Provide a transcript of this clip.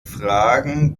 fragen